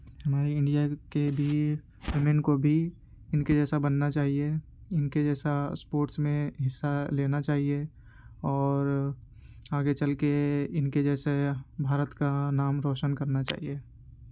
ہمارے انڈیا کے بھی ویمن کو بھی ان کے جیسا بننا چاہیے ان کے جیسا اسپوٹس میں حصہ لینا چاہیے اور آگے چل کے ان کے جیسے بھارت کا نام روشن کرنا چاہیے